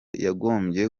yagombye